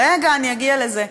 רגע, אני אגיע לזה.